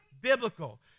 biblical